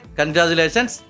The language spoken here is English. congratulations